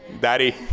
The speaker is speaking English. Daddy